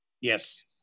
yes